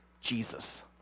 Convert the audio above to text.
Jesus